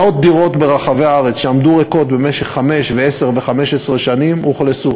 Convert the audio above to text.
מאות דירות ברחבי הארץ שעמדו ריקות במשך חמש ועשר ו-15 שנים אוכלסו.